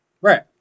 Right